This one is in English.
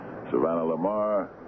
Savannah-Lamar